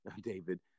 David